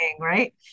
right